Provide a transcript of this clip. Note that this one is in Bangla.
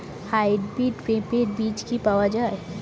হাইব্রিড পেঁপের বীজ কি পাওয়া যায়?